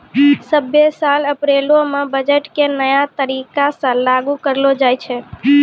सभ्भे साल अप्रैलो मे बजट के नया तरीका से लागू करलो जाय छै